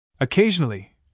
Occasionally